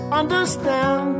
understand